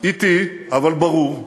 אטי אבל ברור,